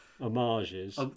homages